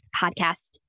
podcast